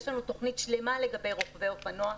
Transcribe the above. יש לנו תוכנית שלמה לגבי רוכבי אופנוע,